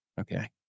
Okay